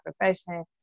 profession